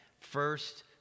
first